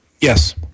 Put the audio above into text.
Yes